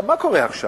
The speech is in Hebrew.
מה קורה עכשיו?